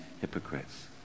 hypocrites